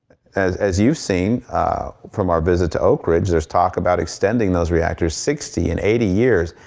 as as you've seen from our visit to oak ridge, there's talk about extending those reactors sixty and eighty years.